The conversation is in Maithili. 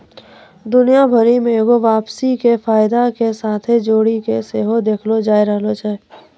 दुनिया भरि मे एगो वापसी के फायदा के साथे जोड़ि के सेहो देखलो जाय रहलो छै